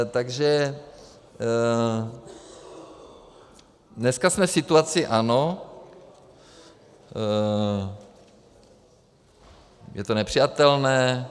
Takže dneska jsme v situaci ano, je to nepřijatelné.